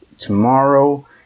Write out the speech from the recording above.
tomorrow